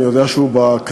אני יודע שהוא בכנסת.